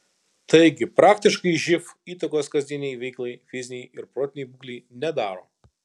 taigi praktiškai živ įtakos kasdienei veiklai fizinei ar protinei būklei nedaro